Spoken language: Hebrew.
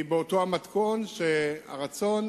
שהיא